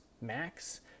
max